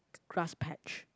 grass patch